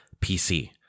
PC